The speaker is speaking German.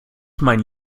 meinen